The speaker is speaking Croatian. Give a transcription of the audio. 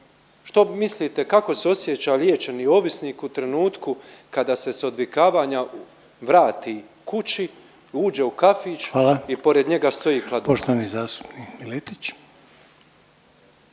što mislite kako se osjeća liječeni ovisnik u trenutku kada se s odvikavanja vrati kući, uđe u kafić…/Upadica